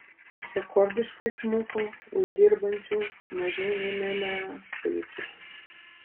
rekordiškai smuko uždirbančių mažiau nei mma skaičius